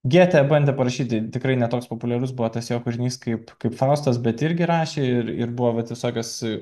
gėtė bandė parašyti tikrai ne toks populiarus buvo tas jo kūrinys kaip kaip faustas bet irgi rašė ir ir buvo vat visokios